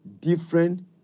different